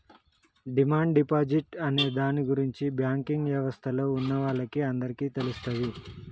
demand deposit అనే దాని గురించి బ్యాంకింగ్ యవస్థలో ఉన్నవాళ్ళకి అందరికీ తెలుస్తది